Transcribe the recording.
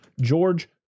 George